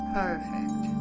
perfect